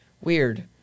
Weird